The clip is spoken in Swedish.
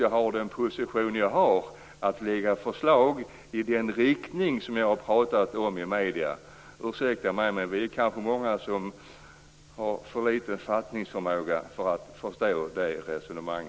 Jag må väl då vara förlåten om jag har svårt att förstå varför statsrådet säger: Nej, jag kommer absolut inte, trots att jag har den position jag har, att lägga fram förslag i den riktning som jag har pratat om i medierna.